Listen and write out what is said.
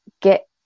get